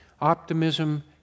optimism